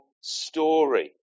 story